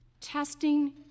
testing